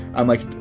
i'm, like,